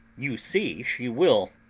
you see she will.